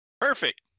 perfect